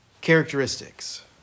characteristics